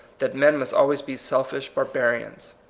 that men must always be selfish barba rians.